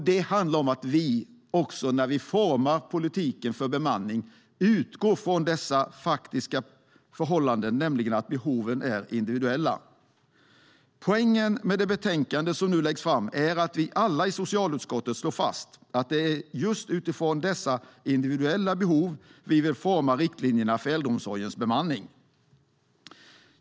Det handlar om att vi när vi formar politiken för bemanning utgår från dessa faktiska förhållanden, nämligen att behoven är individuella. Poängen med det betänkande som nu läggs fram är att vi alla i socialutskottet slår fast att det är just utifrån dessa individuella behov vi vill forma riktlinjerna för äldreomsorgens bemanning.